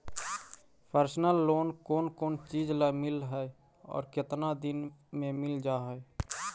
Personal loan कोन कोन चिज ल मिल है और केतना दिन में मिल जा है?